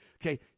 Okay